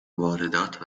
واردات